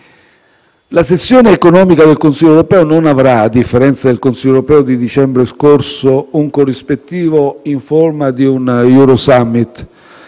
La sessione economica del Consiglio europeo non avrà, a differenza del Consiglio europeo di dicembre scorso, un corrispettivo in forma di Eurosummit;